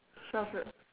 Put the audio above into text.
shelf it